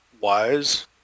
wise